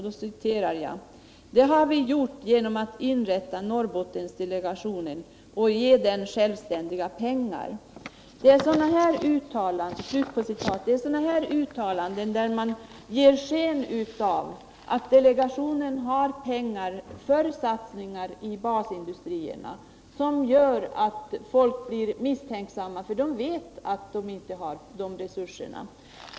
Jag citerar: ”Det har vi gjort genom att inrätta Norrbottendelegationen och ge den självständiga pengar.” Det är sådana här uttalanden, som ger sken av att delegationen har fått pengar för satsningar i basindustrierna, som gör människor misstänksamma, eftersom de vet att några sådana resurser inte finns.